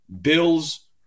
Bills